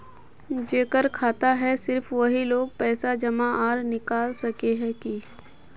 जेकर खाता है सिर्फ वही लोग पैसा जमा आर निकाल सके है की?